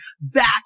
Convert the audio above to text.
back